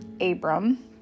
Abram